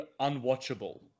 unwatchable